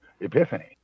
epiphany